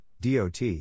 DOT